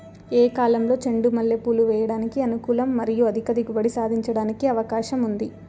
ఏ కాలంలో చెండు మల్లె పూలు వేయడానికి అనుకూలం మరియు అధిక దిగుబడి సాధించడానికి అవకాశం ఉంది?